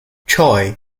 choi